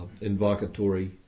invocatory